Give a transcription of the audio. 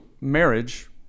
marriage